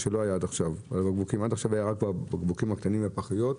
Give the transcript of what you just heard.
עד עכשיו זה הוטל רק על הבקבוקים הקטנים ועל הפחיות.